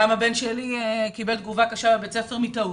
גם הבן שלי קיבל תגובה קשה בבית הספר כתוצאה מטעות.